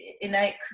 innate